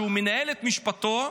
שמנהל את משפטו,